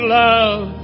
love